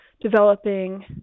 developing